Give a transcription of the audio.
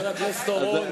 חבר הכנסת לוין,